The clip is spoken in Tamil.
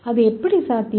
அது எப்படி சாத்தியம்